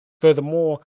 Furthermore